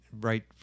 right